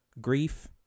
Grief